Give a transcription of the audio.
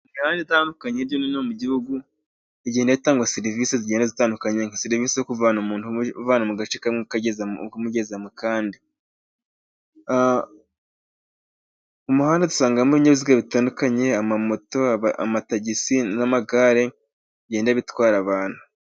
Imihanda itandukanye hirya no hino mu gihugu itanga serivisi zitandukanye, zirimo izo kuvana umuntu umuvana mu gace kamwe umugeza mukandi, umuhanda usangamo inyabiziga bitandukanye, amamoto, amatagisi n' amagare bigenda bitwara abantu.